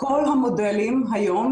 כל המודלים היום,